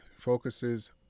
focuses